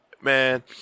Man